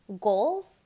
goals